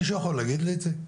מישהו יכול להגיד לי את זה?